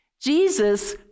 Jesus